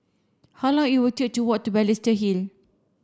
how long it will take to walk to Balestier Hill